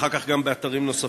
ואחר כך גם באתרים נוספים,